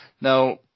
Now